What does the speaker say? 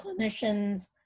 clinicians